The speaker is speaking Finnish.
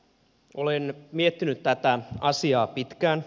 olen miettinyt tätä asiaa pitkään